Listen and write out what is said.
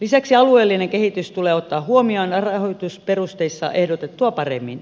lisäksi alueellinen kehitys tulee ottaa huomioon rahoitusperusteissa ehdotettua paremmin